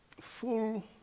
full